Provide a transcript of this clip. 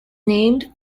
named